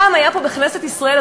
פעם היה פה בכנסת ישראל,